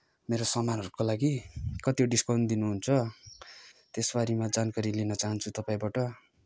मेरो सामानहरूको लागि कति डिस्काउन्ट दिनुहुन्छ त्यसबारेमा जानकारी लिन चाहन्छु तपाईँबाट